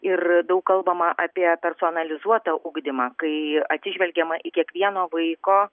ir daug kalbama apie personalizuotą ugdymą kai atsižvelgiama į kiekvieno vaiko